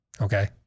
okay